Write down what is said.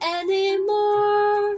anymore